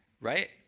right